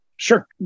Sure